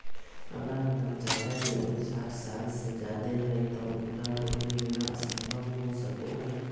अगर हमर चाचा के उम्र साठ साल से जादे हइ तो उनका लोन मिलना संभव हो सको हइ?